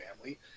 family